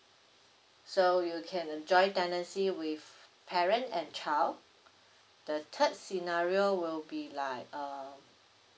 so you can enjoy tenancy with parent and child the third scenario will be like uh